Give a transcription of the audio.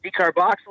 decarboxylate